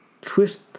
twist